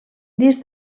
indis